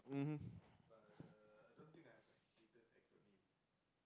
mmhmm